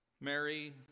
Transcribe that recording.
Mary